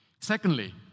Secondly